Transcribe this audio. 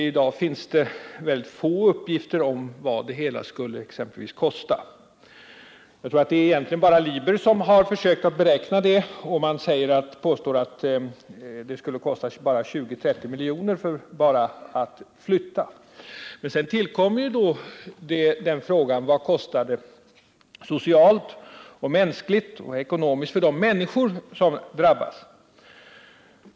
I dag finns väldigt få uppgifter om exempelvis vad det hela skulle kosta. Jag tror att det egentligen bara är Liber som har försökt beräkna det, och man påstår att det skulle kosta 20-30 miljoner bara att flytta. Sedan tillkommer problemet: Vad kostar det socialt, mänskligt och ekonomiskt för de människor som drabbas?